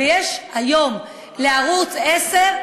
ויש היום לערוץ 10,